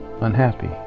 unhappy